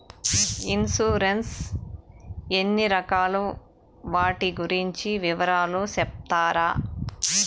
Insurance ఎన్ని రకాలు వాటి గురించి వివరాలు సెప్తారా?